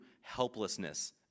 helplessness